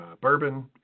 bourbon